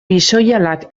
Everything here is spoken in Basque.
pixoihalak